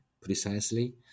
precisely